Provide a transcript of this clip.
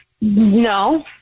No